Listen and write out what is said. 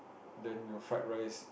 then your fried rice